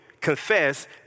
confess